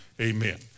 Amen